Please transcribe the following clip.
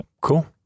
Cool